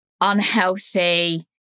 unhealthy